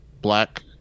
black